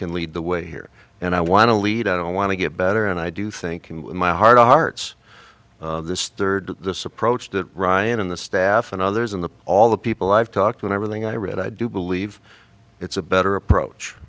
can lead the way here and i want to lead i don't want to get better and i do think in my heart of hearts this third this approach to ryan and the staff and others in the all the people i've talked with everything i read i do believe it's a better approach